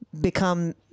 become